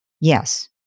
Yes